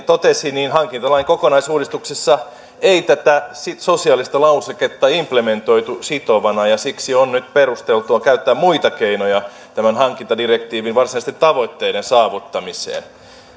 totesi hankintalain kokonaisuudistuksessa ei tätä sosiaalista lauseketta implementoitu sitovana ja siksi on nyt perusteltua käyttää muita keinoja tämän hankintadirektiivin varsinaisten tavoitteiden saavuttamiseen